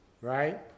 Right